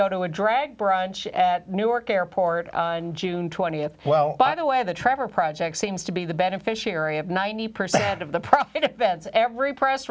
go to a drag brunch at newark airport on june th well by the way the trevor project seems to be the beneficiary of ninety percent of the profit events every press